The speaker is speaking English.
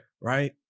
Right